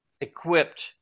equipped